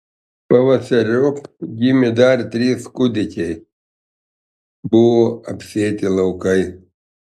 pavasariop gimė dar trys kūdikiai buvo apsėti laukai